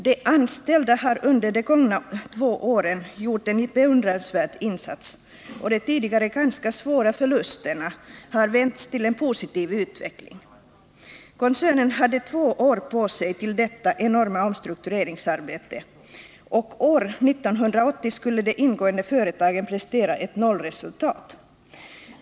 De anställda har under de gångna två åren gjort en beundransvärd insats, och de tidigare ganska svåra förlusterna har vänts till en positiv utveckling. Koncernen hade två år på sig till detta enorma omstruktureringsarbete, och år 1980 skulle de ingående företagen prestera ett nollresultat.